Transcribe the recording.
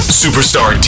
superstar